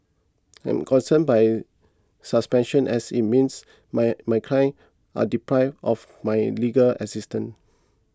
I am concerned by suspension as it means my my clients are deprived of my legal assistance